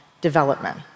development